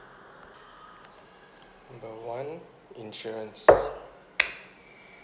the one insurance